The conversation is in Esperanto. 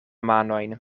manojn